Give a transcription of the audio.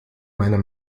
meiner